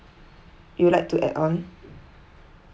you would like to add on